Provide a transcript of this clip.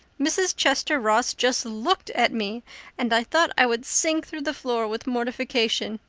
mrs. chester ross just looked at me and i thought i would sink through the floor with mortification.